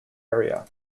area